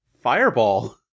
fireball